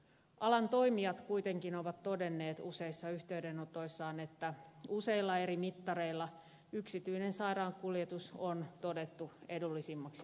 alan toimijat kuitenkin ovat todenneet useissa yhteydenotoissaan että useilla eri mittareilla yksityinen sairaankuljetus on todettu edullisimmaksi vaihtoehdoksi